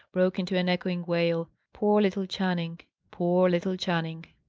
broke into an echoing wail. poor little channing! poor little channing!